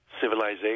civilization